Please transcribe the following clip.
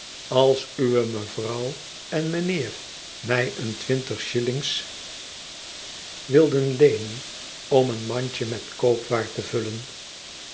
als uwe mevrouw en mijnheer mij een twintig shillings wilden leenen om een mandje met koopwaar te vallen